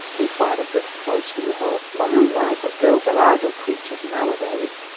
inquired a brisk voice from the hall. my, my! but girls are idle creatures nowadays!